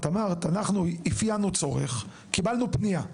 את אמרת: ״קיבלנו פנייה,